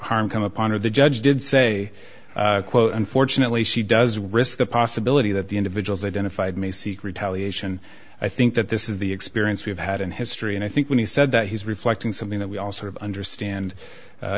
harm come up honor the judge did say quote unfortunately she does risk the possibility that the individuals identified may seek retaliation i think that this is the experience we've had in history and i think when he said that he's reflecting something that we all sort of understand